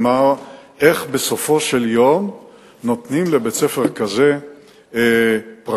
איך בסופו של יום נותנים לבית-ספר כזה פרטי,